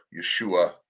Yeshua